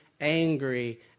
angry